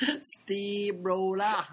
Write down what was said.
Steamroller